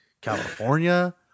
California